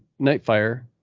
Nightfire